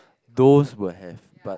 those were have but